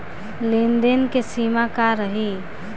लेन देन के सिमा का रही?